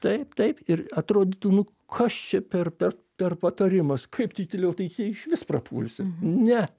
taip taip ir atrodytų nu kas čia per per per patarimas kaip tai tyliau tai čia išvis prapulsim ne